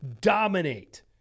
dominate